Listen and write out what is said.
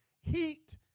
heat